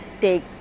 take